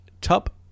top